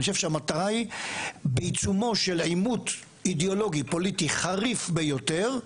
אני חושב שהמטרה היא בעיצומו של עימות אידיאולוגי פוליטי חריף ביותר,